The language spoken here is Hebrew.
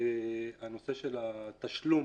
הנושא של התשלום